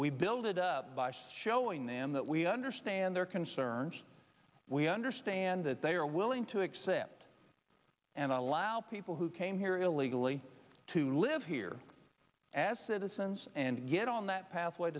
we build it up by showing them that we understand their concerns we understand that they are willing to accept and allow people who came here illegally to live here as citizens and get on that pa